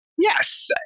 Yes